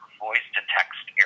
voice-to-text